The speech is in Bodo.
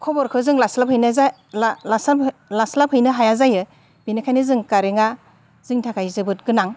खबरखौ जों लास्लाबहैनाय लास्लाबहैनो हाया जायो बेनिखायनो जों कारेन्टआ जोंनि थाखाय जोबोद गोनां